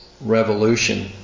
revolution